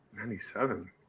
97